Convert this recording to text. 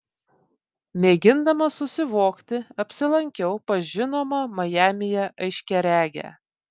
mėgindama susivokti apsilankiau pas žinomą majamyje aiškiaregę